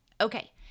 Okay